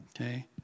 Okay